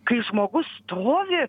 kai žmogus stovi